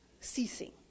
ceasing